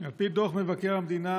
על פי דוח מבקר המדינה,